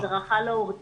הדרכה להורים,